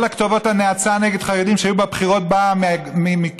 כל כתובות הנאצה נגד חרדים שהיו בבחירות באו מכם,